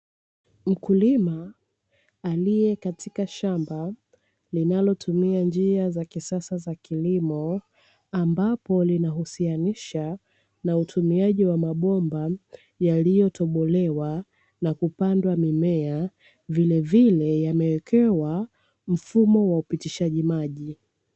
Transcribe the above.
Mkulima alie katika shamba linalotumia njia za kisasa za kilimo ambapo linahusianisha na utumiaji wa mabomba yaliyotobolewa, na kupandwa mimea vilevile yamewekewa mfumo wa upitishaji maji.